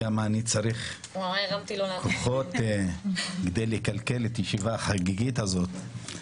כמה אני צריך כוחות כדי לקלקל את הישיבה החגיגית הזאת.